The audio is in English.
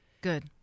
good